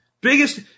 Biggest